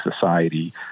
society